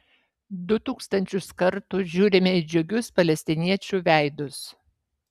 du tūkstančius kartų žiūrime į džiugius palestiniečių veidus